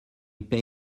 pay